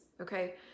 Okay